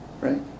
right